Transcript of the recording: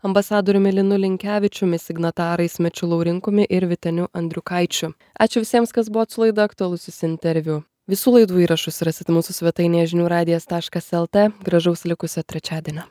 ambasadoriumi linu linkevičiumi signatarais mečiu laurinkumi ir vyteniu andriukaičiu ačiū visiems kas buvot su laida aktualusis interviu visų laidų įrašus rasite mūsų svetainėje žinių radijas taškas lt gražaus likusio trečiadienio